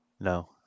No